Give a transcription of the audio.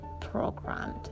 programmed